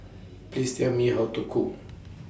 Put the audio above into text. Please Tell Me How to Cook